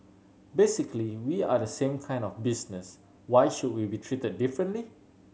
basically we are the same kind of business why should we be treated differently